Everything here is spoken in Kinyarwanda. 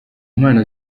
mpano